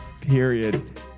period